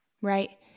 Right